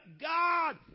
God